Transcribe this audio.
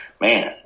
man